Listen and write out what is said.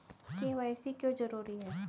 KYC क्यों जरूरी है?